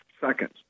seconds